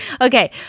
Okay